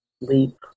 leap